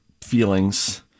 feelings